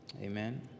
Amen